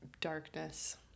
darkness